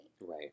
right